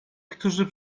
którzy